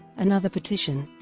another petition,